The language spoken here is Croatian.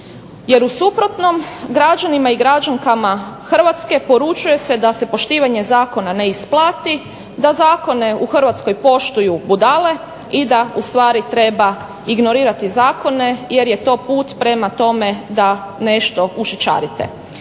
Jer u suprotnom građanima i građankama Hrvatske poručuje se da se poštivanje zakona ne isplati, da zakone u Hrvatskoj poštuju budale i da ustvari treba ignorirati zakone jer je to put prema tome da nešto ušićarite.